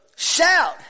Shout